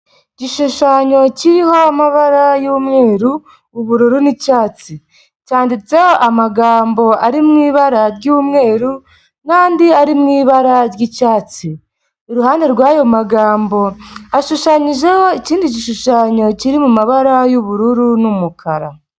Igishushanyo kiriho amabara y'umweru, ubururu n'icyatsi. Cyanditseho amagambo ari mu ibara ry'umweru n'andi ari mu ibara ry'icyatsi. Iruhande rw'ayo magambo hashushanyijeho ikindi gishushanyo kiri mu mabara y'ubururu n'umukara.